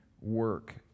work